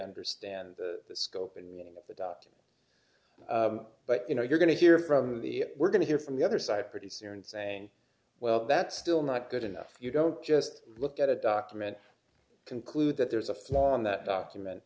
understand the scope and meaning of the dot but you know you're going to hear from the we're going to hear from the other side pretty soon saying well that's still not good enough you don't just look at a document conclude that there's a flaw in that document